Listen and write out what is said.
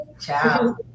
Ciao